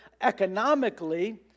economically